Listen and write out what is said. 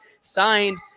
signed